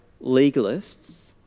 legalists